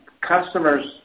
Customers